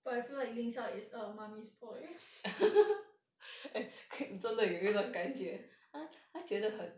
but I feel like ling xiao is a mummy's boy